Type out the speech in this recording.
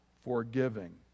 forgiving